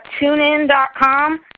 tunein.com